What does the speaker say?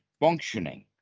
functioning